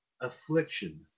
Affliction